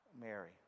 Mary